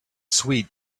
sweet